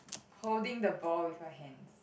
holding the ball with a hand